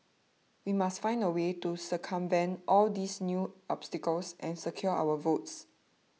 we must find a way to circumvent all these new obstacles and secure our votes